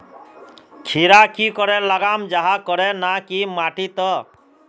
खीरा की करे लगाम जाहाँ करे ना की माटी त?